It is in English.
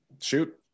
Shoot